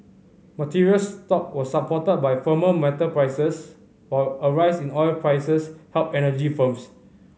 materials stock were supported by firmer metal prices while a rise in oil prices helped energy firms